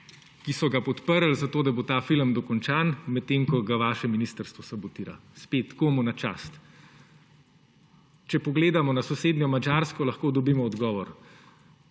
kjer so ga podprli, zato da bo ta film dokončan, medtem ko ga vaše ministrstvo sabotira. Spet, komu na čast? Če pogledamo na sosednjo Madžarsko, lahko dobimo odgovor.